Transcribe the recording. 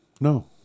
No